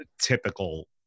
typical